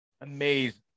amazing